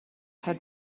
had